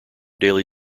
daily